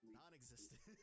non-existent